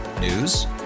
News